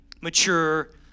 mature